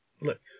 look